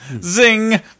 Zing